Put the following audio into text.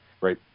Right